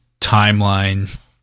timeline